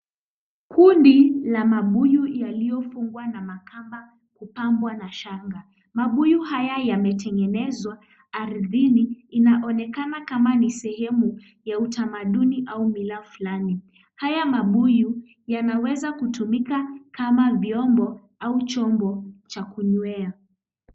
Kundi la mabuyu yalioyofungwa na makamba kupambwa na shanga. Mabuyu haya yametengenezwa ardhini. Inaonekana kama ni sehemu ya utamaduni au mila fulani. Haya mabuyu yanaweza kutumika kama vyombo au chombo cha kunywea.